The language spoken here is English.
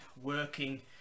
working